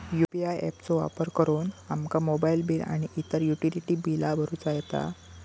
UPI app चो वापर करुन आमका मोबाईल बिल आणि इतर युटिलिटी बिला भरुचा येता